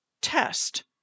test